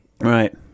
Right